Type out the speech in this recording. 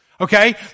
Okay